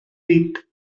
dit